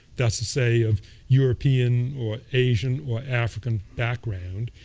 that's to say of european or asian or african background.